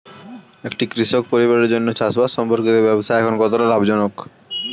একটি কৃষক পরিবারের জন্য চাষবাষ সম্পর্কিত ব্যবসা এখন কতটা লাভজনক?